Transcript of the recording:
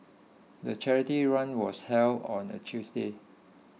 the charity run was held on a Tuesday